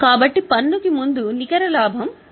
కాబట్టి పన్ను కు ముందు నికర లాభం 28600